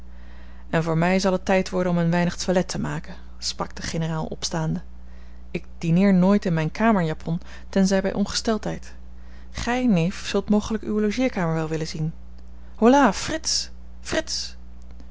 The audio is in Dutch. en voor mij zal het tijd worden om een weinig toilet te maken sprak de generaal opstaande ik dineer nooit in mijne kamerjapon tenzij bij ongesteldheid gij neef zult mogelijk uwe logeerkamer wel willen zien holà frits frits